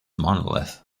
monolith